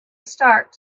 start